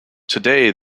today